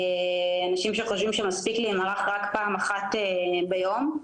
אנשים שחושבים שמספיק להימרח רק פעם אחת ביום,